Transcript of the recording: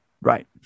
Right